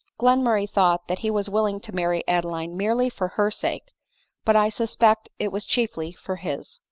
glenmurray thought that he was willing to marry adeline merely for her sake but i suspect it was chiefly for his.